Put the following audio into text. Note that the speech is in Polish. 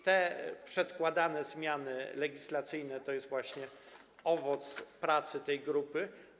Te przedkładane zmiany legislacyjne to jest właśnie owoc pracy tej grupy.